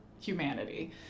humanity